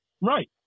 Right